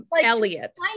Elliot